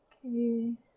okay